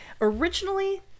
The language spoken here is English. Originally